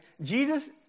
Jesus